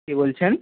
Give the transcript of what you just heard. কে বলছেন